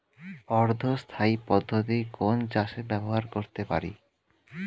অর্ধ স্থায়ী পদ্ধতি কোন চাষে ব্যবহার করতে পারি?